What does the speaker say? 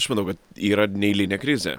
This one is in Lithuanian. aš manau kad yra neeilinė krizė